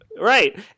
right